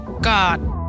God